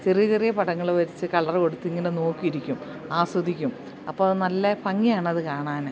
ചെറിയ ചെറിയ പടങ്ങൾ വരച്ച് കളർ കൊടുത്ത് ഇങ്ങനെ നോക്കിയിരിക്കും ആസ്വദിക്കും അപ്പം അതു നല്ല ഭംഗിയാണത് കാണാൻ